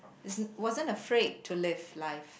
isn't wasn't afraid to live life